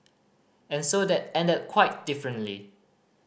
and so that ended quite differently